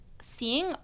seeing